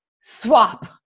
swap